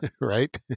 Right